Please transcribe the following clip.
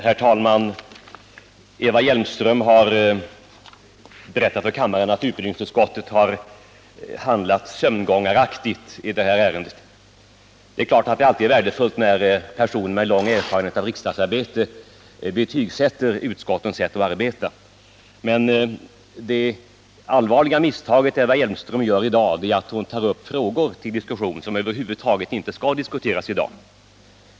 Herr talman! Eva Hjelmström har berättat för kammaren att utbildningsutskottet har handlat sömngångaraktigt i detta ärende. Det är klart att det alltid är värdefullt när personer med lång erfarenhet av riksdagsarbetet betygsätter utskottens sätt att arbeta, men det allvarliga misstag Eva Hjelmström gör i dag är att hon tar upp frågor till diskussion som över huvud taget inte skall diskuteras i dag.